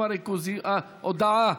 הודעה